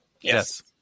Yes